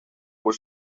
was